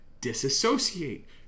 disassociate